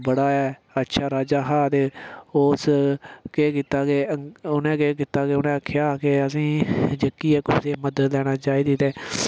बड़ा गै अच्छा राजा हा ते उस केह् कीता कि उ'नें केह् कीता केह् उ'नें आखेआ कि असें गी जेह्की इक दूए दी मदद लैना चाहिदी ते